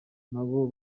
nabo